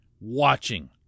watching